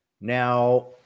now